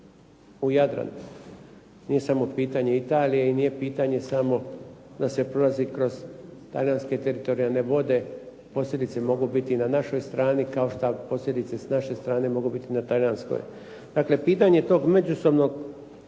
u Jadran. Nije samo pitanje Italije i nije pitanje samo da se prolazi kroz Talijanske teritorijalne vode. Posljedice mogu biti i na našoj strani kao što posljedice sa naše strane mogu biti na talijanskoj. Dakle, pitanje toga međusobnog